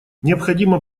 необходимо